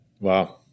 Wow